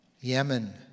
Yemen